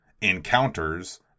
encounters